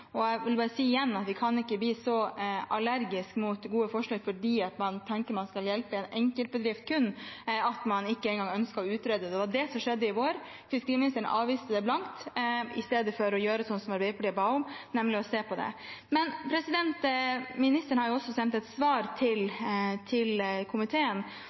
og jeg vil igjen si at man kan ikke bli så allergisk mot gode forslag fordi man tenker man kun hjelper en enkeltbedrift, at man ikke engang ønsker å utrede. Det var det som skjedde i vår. Fiskeriministeren avviste det blankt i stedet for å gjøre som Arbeiderpartiet ba om, nemlig å se på det. Ministeren har også sendt et svar til komiteen,